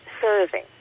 serving